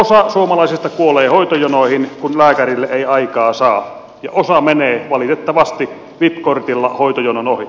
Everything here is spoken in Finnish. osa suomalaisista kuolee hoitojonoihin kun lääkärille ei aikaa saa ja osa menee valitettavasti vip kortilla hoitojonon ohi